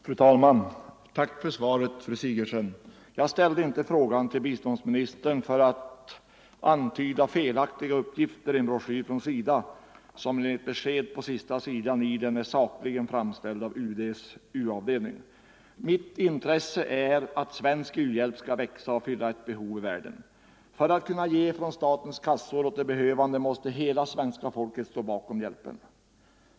Fru talman! Tack för svaret, fru Sigurdsen. Jag ställde inte frågan till biståndsministern för att antyda felaktiga uppgifter i en broschyr från SIDA, som enligt besked på sista sidan är sakligt framställd av UD:s U-avdelning. Mitt intresse är att svensk u-hjälp skall växa och fylla ett behov i världen. För att kunna ge från statens kassor åt de behövande måste hela svenska folket stå bakom hjälpen.